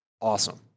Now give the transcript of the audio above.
awesome